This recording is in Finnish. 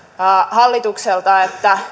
hallitukselta